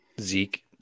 Zeke